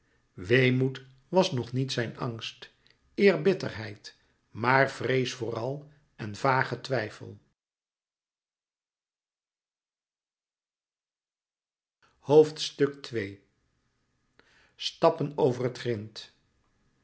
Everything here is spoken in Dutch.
weemoed was nog niet zijn angst eer bitterheid maar vrees vooral en vage twijfel louis couperus metamorfoze stappen over het grint